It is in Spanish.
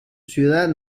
ciudad